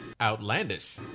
Outlandish